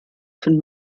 von